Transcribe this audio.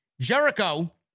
Jericho